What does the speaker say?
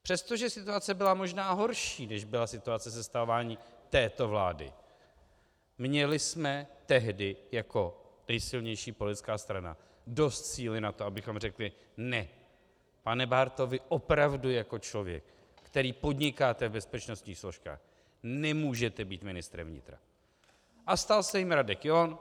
Přestože situace byla možná horší, než byla situace se sestavováním této vlády, měli jsme tehdy jako nejsilnější politická strana dost síly na to, abychom řekli: Ne, pane Bárto, vy opravdu jako člověk, který podnikáte v bezpečnostních složkách, nemůžete být ministrem vnitra, a stal se jím Radek John.